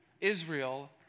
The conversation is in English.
Israel